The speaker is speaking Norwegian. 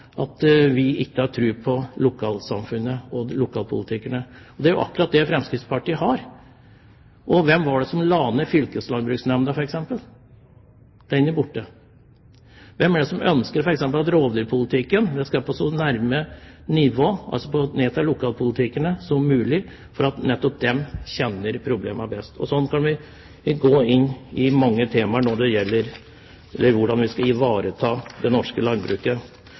at vi ikke har tro på lokalsamfunnet og lokalpolitikerne. Det er jo akkurat det Fremskrittspartiet har. Hvem var det som f.eks. la ned fylkeslandbruksnemnda? Den er borte. Hvem er det som f.eks. ønsker at rovdyrpolitikken skal legges til et nivå og så nær lokalpolitikerne som mulig, fordi nettopp de kjenner problemene best? Slik kan vi gå inn i mange tema når det gjelder hvordan vi skal ivareta det norske landbruket.